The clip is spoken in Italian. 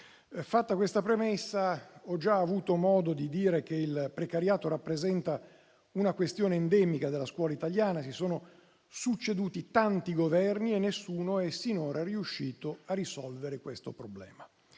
Fatta questa premessa, ho già avuto modo di dire che il precariato rappresenta una questione endemica della scuola italiana. Si sono succeduti tanti Governi e nessuno è sinora riuscito a risolvere il problema.